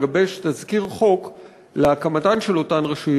הפנים והמשפטים לגבש תזכיר חוק להקמת רשויות